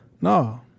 No